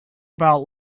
about